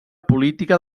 política